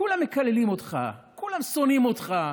כולם מקללים אותך, כולם שונאים אותך,